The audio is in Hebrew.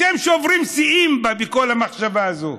אתם שוברים שיאים בכל המחשבה הזאת.